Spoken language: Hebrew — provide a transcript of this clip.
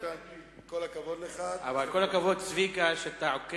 בגללך היה צריך שר.